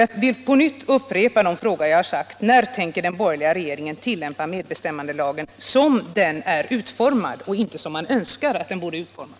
Jag vill upprepa min fråga: När tänker den borgerliga regeringen tillämpa medbestämmandelagen som den är utformad och inte som man önskar att den borde vara utformad?